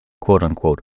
quote-unquote